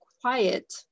quiet